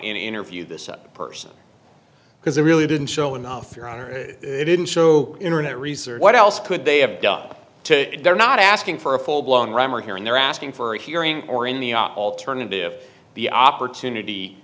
and interview this up person because they really didn't show enough your honor it didn't show internet research what else could they have done to they're not asking for a full blown ram or hearing they're asking for a hearing or in the off alternative the opportunity